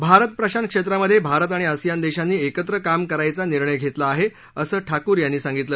भारत प्रशांत क्षेत्रामध्ये भारत आणि असियान देशांनी एकत्र काम करायचा निर्णय घेतला आहे असं ठाकूर यांनी सांगितलं